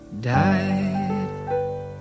died